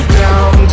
down